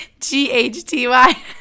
G-H-T-Y